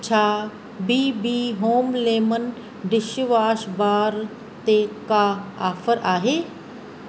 छा BB home lemon dishwash bar ते का ऑफ़र आहे